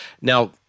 Now